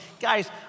guys